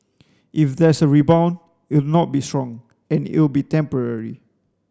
if there's a rebound it'll not be strong and it'll be temporary